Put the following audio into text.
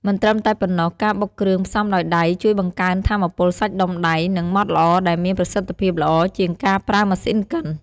មិនត្រឹមតែប៉ុណ្ណោះការបុកគ្រឿងផ្សំដោយដៃជួយបង្កើនថាមពលសាច់ដុំដៃ និងម៉ដ្ឋល្អដែលមានប្រសិទ្ធភាពល្អជាងការប្រើម៉ាស៊ីនកិន។